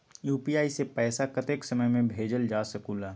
UPI से पैसा कतेक समय मे भेजल जा स्कूल?